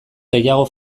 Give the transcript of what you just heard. gehiago